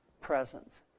presence